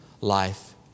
life